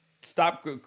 stop